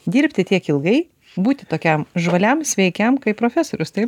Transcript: dirbti tiek ilgai būti tokiam žvaliam sveikiam kaip profesorius taip